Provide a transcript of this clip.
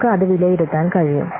നമുക്ക് അത് വിലയിരുത്താൻ കഴിയും